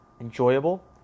enjoyable